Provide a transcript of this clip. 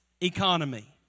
economy